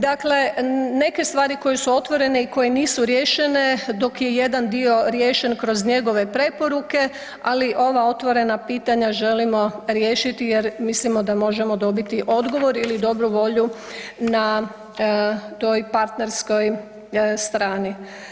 Dakle, neke stvari koje su otvorene i koje nisu riješene dok je jedan dio riješen kroz njegove preporuke, ali ova otvorena pitanja želimo riješiti jer mislimo da možemo dobiti odgovor ili dobru volju na toj partnerskoj strani.